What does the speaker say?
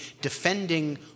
defending